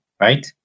right